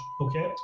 Okay